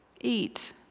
eat